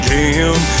Jim